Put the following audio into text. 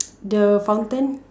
the fountain